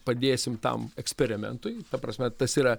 padėsim tam eksperimentui ta prasme tas yra